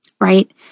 Right